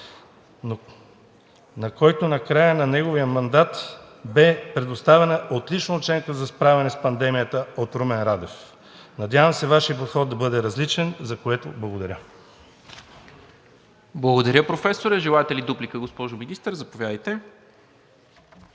на който на края на неговия мандат бе предоставена отлична оценка за справяне с пандемията от Румен Радев. Надявам се Вашият подход да бъде различен, за което благодаря. ПРЕДСЕДАТЕЛ НИКОЛА МИНЧЕВ: Благодаря, Професоре. Желаете ли дуплика, госпожо Министър? Заповядайте.